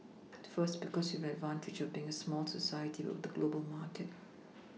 first because we have an advantage of being a small society but with a global market